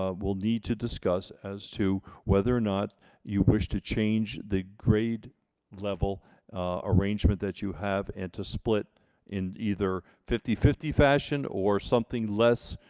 ah will need to discuss as to whether or not you wish to change the grade level arrangement that you have and to split in either fifty fifty fashion or something less,